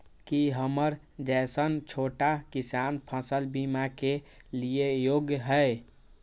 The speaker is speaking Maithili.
की हमर जैसन छोटा किसान फसल बीमा के लिये योग्य हय?